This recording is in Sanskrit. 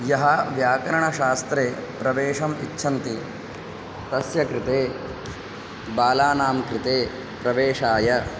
यः व्याकरणशास्त्रे प्रवेशम् इच्छन्ति तस्य कृते बालानां कृते प्रवेशाय